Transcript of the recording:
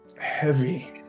heavy